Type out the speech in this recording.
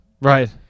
Right